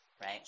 right